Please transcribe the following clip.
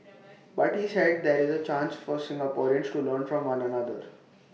but he said that is A chance for Singaporeans to learn from one another